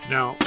Now